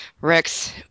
Rex